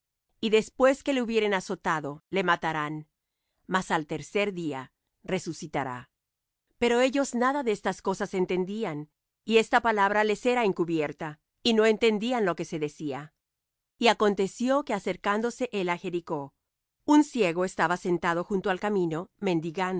y después que le hubieren azotado le matarán mas al tercer día resucitará